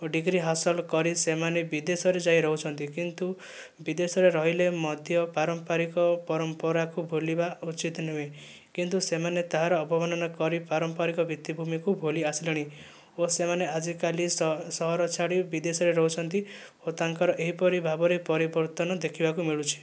ଓ degree ହାସଲ କରି ସେମାନେ ବିଦେଶରେ ଯାଇ ରହୁଛନ୍ତି କିନ୍ତୁ ବିଦେଶରେ ରହିଲେ ମଧ୍ୟ ପାରମ୍ପରିକ ପରମ୍ପରାକୁ ଭୁଲିବା ଉଚିତ ନୁହେଁ କିନ୍ତୁ ସେମାନେ ତା'ର ଅବମାନନା କରି ପାରମ୍ପରିକ ଭିତ୍ତିଭୂମିକୁ ଭୁଲି ଆସିଲେଣି ଓ ସେମାନେ ଆଜିକାଲି ସହର ଛାଡ଼ି ବିଦେଶରେ ରହୁଛନ୍ତି ଓ ତାଙ୍କର ଏହିପରି ଭାବରେ ପରିବର୍ତ୍ତନ ଦେଖିବାକୁ ମିଳୁଛି